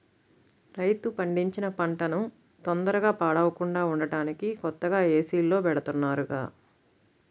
రైతు పండించిన పంటన తొందరగా పాడవకుండా ఉంటానికి కొత్తగా ఏసీల్లో బెడతన్నారుగా